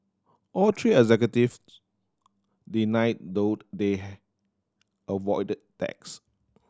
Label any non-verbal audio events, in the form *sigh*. all three executives denied though they *unintelligible* avoided tax